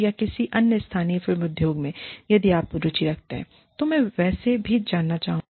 या किसी अन्य स्थानीय फिल्म उद्योग मे यदि आप रुचि रखते हैं तो मैं वैसे भी जानना चाहूंगा